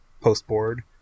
post-board